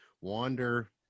wander